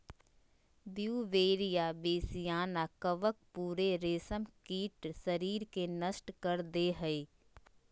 Beauveria bassiana कवक पूरे रेशमकीट शरीर के नष्ट कर दे हइ